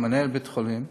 מנהל בית-החולים,